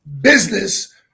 business